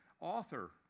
author